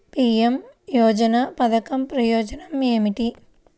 PM యోజన పధకం ప్రయోజనం ఏమితి?